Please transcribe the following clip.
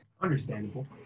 understandable